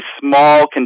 small